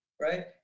Right